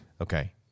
Okay